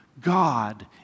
God